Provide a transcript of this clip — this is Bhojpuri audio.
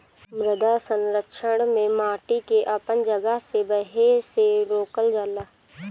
मृदा संरक्षण में माटी के अपन जगह से बहे से रोकल जाला